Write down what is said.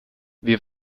wir